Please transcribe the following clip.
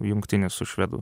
jungtinė su švedų